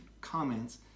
comments